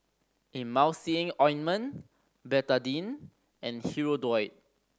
Emulsying Ointment Betadine and Hirudoid